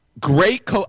great